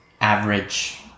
average